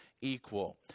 equal